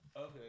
Okay